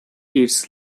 its